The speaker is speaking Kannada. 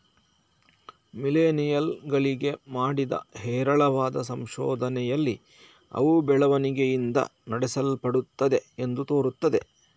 ಮಿಲೇನಿಯಲ್ ಗಳಿಗೆ ಮಾಡಿದ ಹೇರಳವಾದ ಸಂಶೋಧನೆಯಲ್ಲಿ ಅವು ಬೆಳವಣಿಗೆಯಿಂದ ನಡೆಸಲ್ಪಡುತ್ತವೆ ಎಂದು ತೋರುತ್ತದೆ